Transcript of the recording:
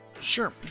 Sure